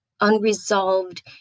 unresolved